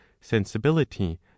sensibility